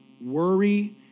worry